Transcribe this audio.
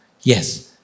yes